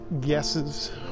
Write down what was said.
guesses